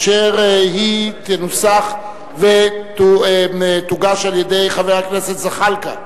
אשר תנוסח ותוגש על-ידי חבר הכנסת זחאלקה,